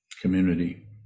Community